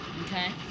Okay